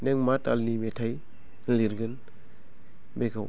नों मा तालनि मेथाइ लिरगोन बेखौ